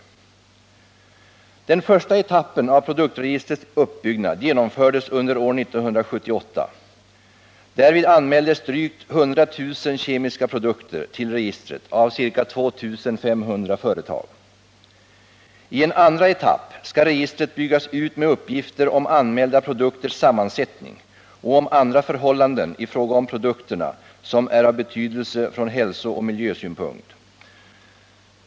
Den första etappen av produktregistrets uppbyggnad genomfördes under år 1978. Därvid anmäldes drygt 100 000 kemiska produkter till registret av ca 2 500 företag. I en andra etapp skall registret byggas ut med uppgifter om anmälda produkters sammansättning och om andra förhållanden i fråga om produkterna som är av betydelse från hälsooch miljösynpunkt.